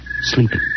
sleeping